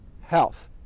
health